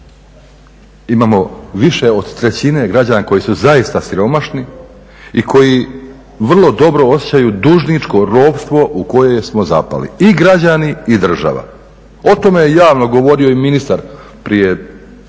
imamo više od trećine građana koji su zaista siromašni i koji vrlo dobro osjećaju dužničko ropstvo u koje smo zapali i građani i država. O tome je javno govorio i ministar prije 20